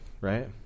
right